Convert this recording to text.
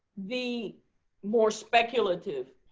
the more speculative